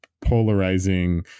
polarizing